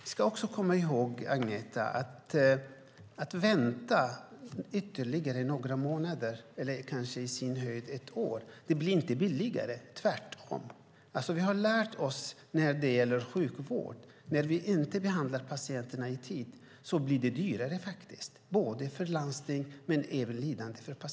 Vi ska också komma ihåg, Agneta, att det inte blir billigare att vänta ytterligare några månader eller kanske på sin höjd ett år. Vi har när det gäller sjukvård lärt oss att det blir dyrare när vi inte behandlar patienterna i tid, både för landstingen och för patienterna i form av lidande.